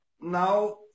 now